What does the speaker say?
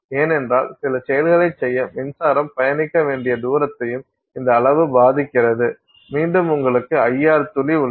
ஏனென்றால் சில செயல்களைச் செய்ய மின்சாரம் பயணிக்க வேண்டிய தூரத்தையும் இந்த அளவு பாதிக்கிறது மீண்டும் உங்களுக்கு IR துளி உள்ளது